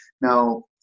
Now